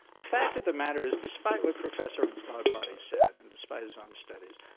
the fact of the matter is, despite what professor bhagwati said, and despite his own studies,